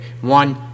One